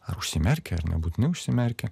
ar užsimerkę ar nebūtinai užsimerkę